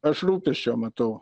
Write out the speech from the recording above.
aš rūpesčio matau